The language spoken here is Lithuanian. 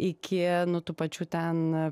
iki tų pačių ten